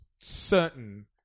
certain